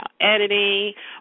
editing